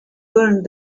burned